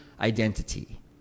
identity